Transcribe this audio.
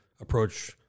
approach